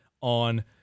on